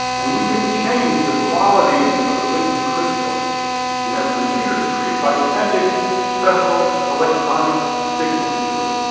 and we can change the qualities of the liquid crystals in our computer screen by sending special electronic signals to it.